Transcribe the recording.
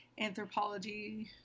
anthropology